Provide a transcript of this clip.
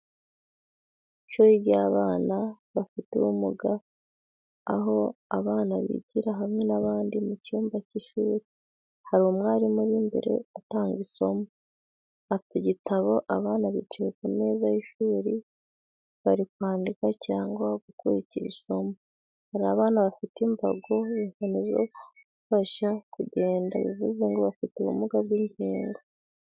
Ishuri ry’abana bafite ubumuga aho abana bigira hamwe n’abandi mu cyumba cy’ishuri. Hari umwarimu uri imbere atanga isomo, afite igitabo abana bicaye ku meza y’ishuri bari kwandika cyangwa gukurikira isomo. Hari abana bafite imbago inkoni zo gufasha kugenda bivuze ko bafite ubumuga bw’ingingo.